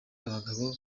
abagabo